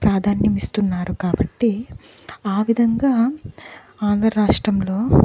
ప్రాధాన్యము ఇస్తున్నారు కాబట్టి ఆ విధంగా ఆంధ్ర రాష్ట్రంలో